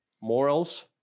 morals